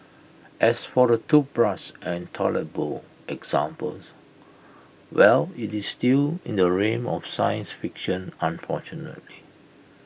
as for the toothbrush and toilet bowl examples well IT is still in the realm of science fiction unfortunately